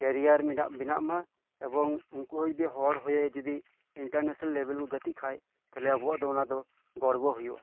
career ᱵᱮᱱᱟᱜ ᱢᱟ ᱮᱵᱚᱝ ᱩᱝᱠᱩ ᱦᱚᱸ ᱦᱚᱲ ᱦᱳᱭᱮ ᱡᱩᱫᱤ ᱤᱱᱴᱟᱨᱱᱮᱥᱱᱮᱞ ᱞᱮᱵᱮᱞ ᱠᱚ ᱜᱟᱛᱮᱜ ᱠᱷᱟᱱᱛᱟᱦᱞᱮ ᱟᱵᱚᱣᱟᱜ ᱫᱚᱚᱱᱟ ᱫᱚ ᱜᱚᱨᱵᱚ ᱦᱳᱭᱳᱜᱼᱟ